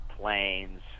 planes